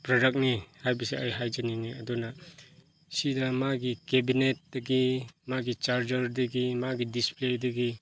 ꯄ꯭ꯔꯗꯛꯅꯤ ꯍꯥꯏꯕꯁꯤ ꯑꯩ ꯍꯥꯏꯖꯅꯤꯡꯉꯤ ꯑꯗꯨꯅ ꯁꯤꯗ ꯃꯥꯒꯤ ꯀꯦꯕꯤꯅꯦꯠꯇꯒꯤ ꯃꯥꯒꯤ ꯆꯥꯔꯖꯔꯗꯒꯤ ꯃꯥꯒꯤ ꯗꯤꯁꯄ꯭ꯂꯦꯗꯒꯤ